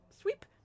sweep